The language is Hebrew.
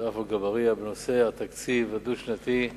ועפו אגבאריה בעניין התקציב הדו-שנתי: